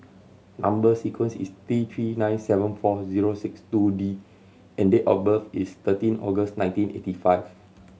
number sequence is T Three nine seven four zero six two D and date of birth is thirteen August nineteen eighty five